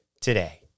today